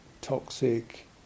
toxic